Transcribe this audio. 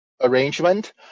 arrangement